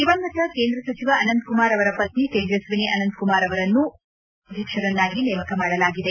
ದಿವಂಗತ ಕೇಂದ್ರ ಸಚಿವ ಅನಂತಕುಮಾರ್ ಅವರ ಪತ್ನಿ ತೇಜ್ವಿನಿ ಅನಂತಕುಮಾರ್ ಅವರನ್ನು ರಾಜ್ವ ಬಿಜೆಪಿ ಉಪಾಧ್ಯಕ್ಷರನ್ನಾಗಿ ನೇಮಕ ಮಾಡಲಾಗಿದೆ